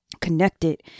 connected